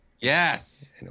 yes